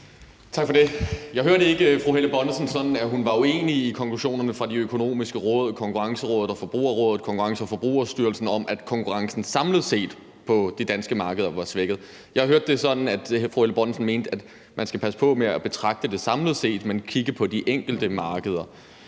Bonnesen sådan, at hun var uenig i konklusionerne fra de økonomiske råd, Konkurrencerådet, Forbrugerrådet Tænk, Konkurrence- og Forbrugerstyrelsen, om, at konkurrencen samlet set på de danske markeder var svækket. Jeg hørte det sådan, at fru Helle Bonnesen mente, at man skal passe på med at betragte det samlet set, men kigge på de enkelte markeder.